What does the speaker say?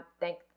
thank